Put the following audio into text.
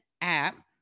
app